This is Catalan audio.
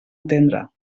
entendre